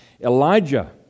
Elijah